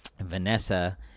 Vanessa